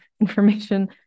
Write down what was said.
information